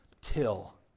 till